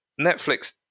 Netflix